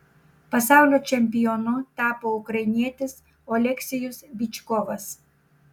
pasaulio čempionu tapo ukrainietis oleksijus byčkovas